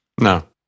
no